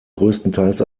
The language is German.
größtenteils